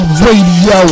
Radio